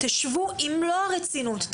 שבו במלוא הרצינות,